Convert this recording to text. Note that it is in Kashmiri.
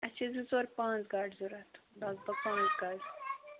اَسہِ چھِ زٕ ژور پانٛژھ گاڑِ ضروٗرت لگ بگ پانٛژھ گاڑِ